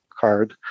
card